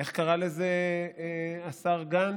איך קרא לזה השר גנץ?